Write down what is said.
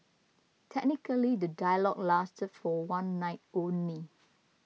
technically the dialogue lasted for one night only